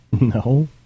No